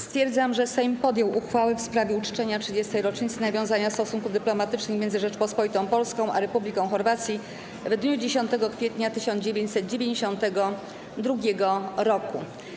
Stwierdzam że Sejm podjął uchwałę w sprawie uczczenia 30. rocznicy nawiązania stosunków dyplomatycznych między Rzecząpospolitą Polską a Republiką Chorwacji w dniu 10 kwietnia 1992 r.